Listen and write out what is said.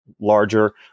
larger